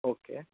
okay